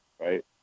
right